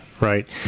right